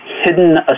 hidden